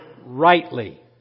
rightly